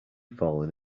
fallen